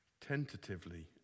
Tentatively